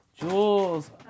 Jules